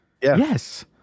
yes